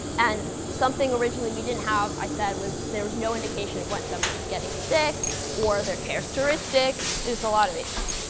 and something originally we didn't have, i said, was there was no indication of when somebody was getting sick or their characteristics. it was a lot of issues.